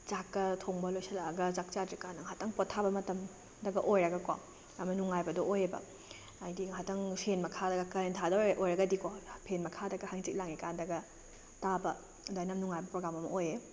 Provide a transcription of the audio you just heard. ꯆꯥꯛꯀ ꯊꯣꯡꯕ ꯂꯣꯏꯁꯤꯜꯂꯛꯑꯒ ꯆꯥꯛ ꯆꯥꯗ꯭ꯔꯤꯀꯥꯟꯗ ꯉꯥꯏꯍꯥꯛꯇꯪ ꯄꯣꯊꯥꯕ ꯃꯇꯝꯗꯒ ꯑꯣꯏꯔꯒꯀꯣ ꯌꯥꯝꯅ ꯅꯨꯡꯉꯥꯏꯕꯗꯣ ꯑꯣꯏꯑꯦꯕ ꯍꯥꯏꯕꯗꯤ ꯉꯥꯏꯍꯥꯛꯇꯪ ꯐꯦꯟ ꯃꯈꯥꯗꯒ ꯀꯥꯂꯦꯟ ꯊꯥꯗ ꯑꯣꯏꯔꯒꯗꯤꯀꯣ ꯐꯦꯟ ꯃꯈꯥꯗꯒ ꯍꯛꯆꯤꯠ ꯂꯥꯡꯏ ꯀꯥꯟꯗꯒ ꯇꯥꯕ ꯑꯗꯨꯃꯥꯏꯅ ꯌꯥꯝ ꯅꯨꯡꯉꯥꯏꯕ ꯄ꯭ꯔꯣꯒ꯭ꯔꯥꯝ ꯑꯃ ꯑꯣꯏꯑꯦ